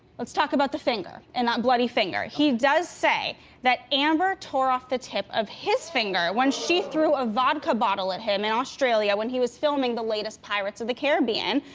let's talk about the finger and that bloody finger. he does say that amber tore off the tip of his finger when she threw a vodka bottle at him in australia when he was filming the latest pirates of the caribbean.